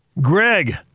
Greg